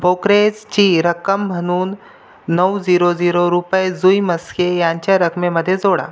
ब्रोकरेजची रक्कम म्हणून नऊ झिरो झिरो रुपये जुई म्हस्के यांच्या रकमेमध्ये जोडा